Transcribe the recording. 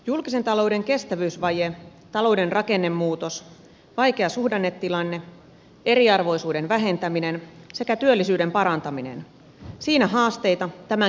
julkisen talouden kestävyysvaje talouden rakennemuutos vaikea suhdannetilanne eriarvoisuuden vähentäminen sekä työllisyyden parantaminen siinä haasteita tämän kehysmietinnön taustalla